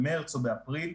במרץ או באפריל.